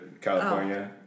California